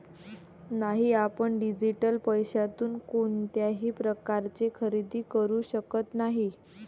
नाही, आपण डिजिटल पैशातून कोणत्याही प्रकारचे खरेदी करू शकत नाही